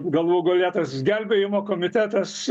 galų gale tas gelbėjimo komitetas